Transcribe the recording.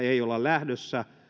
ei olla lähdössä